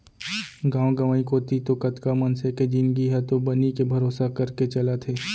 गांव गंवई कोती तो कतका मनसे के जिनगी ह तो बनी के भरोसा करके चलत हे